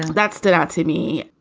that stood out to me.